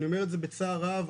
אני אומר את זה בצער רב,